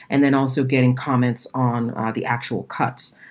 and then also getting comments on the actual cuts,